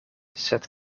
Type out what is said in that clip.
sed